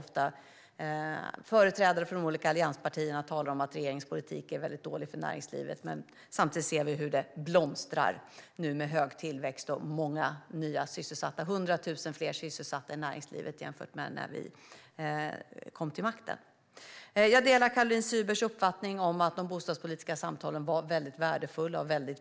Företrädare för olika allianspartier talar ofta om att regeringens politik är väldigt dålig för näringslivet, men samtidigt ser vi nu hur det blomstrar med hög tillväxt och många nya sysselsatta - 100 000 fler sysselsatta i näringslivet jämfört med när vi kom till makten. Jag delar Caroline Szybers uppfattning att de bostadspolitiska samtalen var väldigt värdefulla och bra.